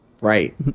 Right